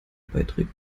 beiträge